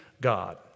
God